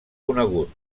conegut